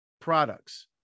products